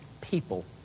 people